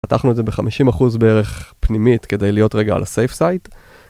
פתחנו את זה בחמישים אחוז בערך פנימית כדי להיות רגע על הסייף סייט